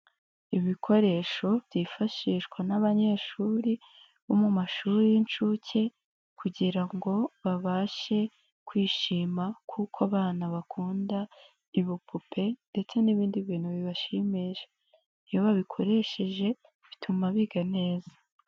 Ibikoresho byifashishwa n'abanyeshuri bo mu mashuri y'inshuke kugira ngo babashe kwishima kuko abana bakunda ibipupe ndetse n'ibindi bintu bibashimisha. Iyo babikoresheje bituma biga neza.